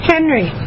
Henry